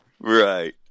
Right